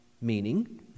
meaning